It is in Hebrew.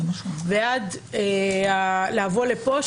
ועד לבוא לפה,